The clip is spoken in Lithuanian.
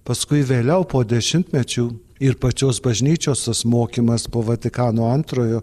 paskui vėliau po dešimtmečių ir pačios bažnyčios tas mokymas po vatikano antrojo